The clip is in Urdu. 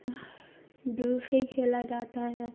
دل سےے کھیلا جاتا ہے